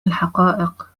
الحقائق